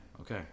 Okay